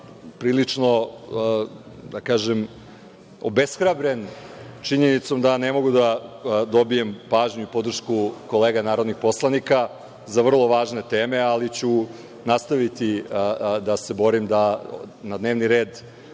Prilično sam obeshrabren činjenicom da ne mogu da dobijem pažnju i podršku kolega narodnih poslanika za vrlo važne teme, ali ću nastaviti da se borim da na dnevni red